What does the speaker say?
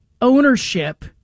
ownership